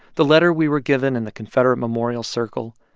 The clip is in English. the letter we were given in the confederate memorial circle,